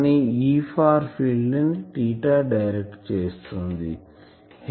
కానీ Eఫార్ ఫీల్డ్ ని డైరెక్ట్ చేస్తుంది